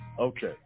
okay